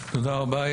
תודה רבה.